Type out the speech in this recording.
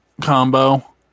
combo